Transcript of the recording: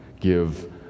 give